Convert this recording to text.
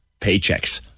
paychecks